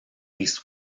least